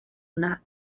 una